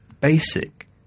basic